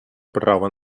права